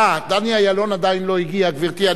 אה, דני אילון עדיין לא הגיע, גברתי.